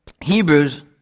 Hebrews